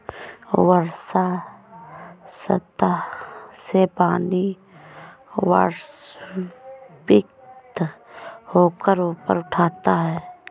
वर्षा सतह से पानी वाष्पित होकर ऊपर उठता है